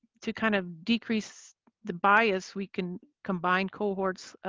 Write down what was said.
to kind of decrease the bias, we can combine cohorts.